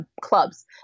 clubs